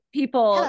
people